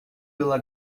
pela